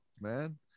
man